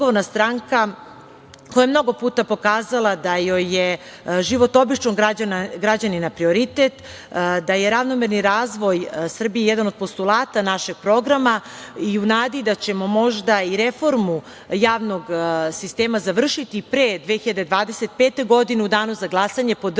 koja je mnogo puta pokazala da joj je život običnog građanina prioritet, da je ravnomerni razvoj Srbije jedan od postulata našeg programa, u nadi da ćemo možda i reformu javnog sistema završiti pre 2025. godine, u danu za glasanje podržaće